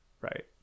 Right